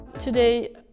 Today